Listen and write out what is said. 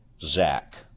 Zach